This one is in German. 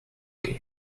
gehen